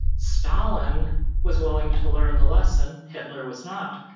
stalin was willing to learn the lesson. hitler was not,